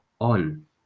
on